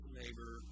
neighbor